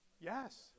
Yes